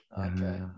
Okay